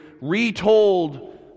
retold